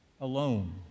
alone